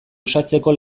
uxatzeko